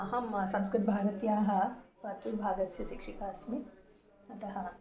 अहं संस्कृतभारत्याः वर्तूर्भागस्य शिक्षिका अस्मि अतः